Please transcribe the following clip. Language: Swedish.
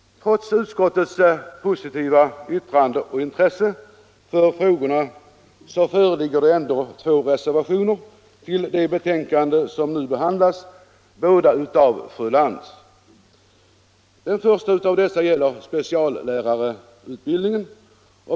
Trots utskottets positiva yttrande och intresse för frågorna föreligger det ändå två reservationer till det betänkande som nu behandlas, båda av fru Lantz. Den första av dessa gäller speciallärarutbildningen.